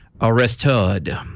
arrested